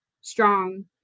strong